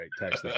right